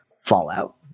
Fallout